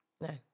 No